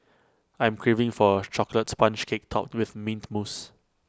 I am craving for A Chocolate Sponge Cake Topped with Mint Mousse